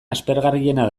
aspergarriena